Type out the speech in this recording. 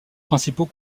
principaux